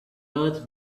earth